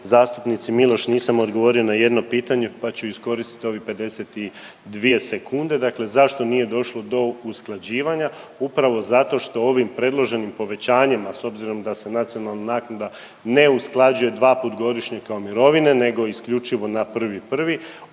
zastupnici Miloš nisam odgovorio na jedno pitanje pa ću iskoristiti ovih 52 sekunde. Dakle, zašto nije došlo do usklađivanja? Upravo zato što ovim predloženim povećanjima s obzirom da se nacionalna naknada ne usklađuje dvaput godišnje kao mirovine, nego isključivo na 1.1? Ovo